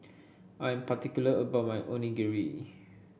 I'm particular about my Onigiri